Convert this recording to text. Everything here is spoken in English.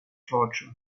torture